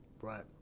Right